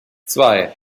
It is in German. zwei